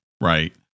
right